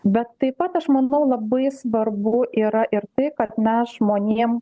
bet taip pat aš manau labai svarbu yra ir tai kad mes žmonėm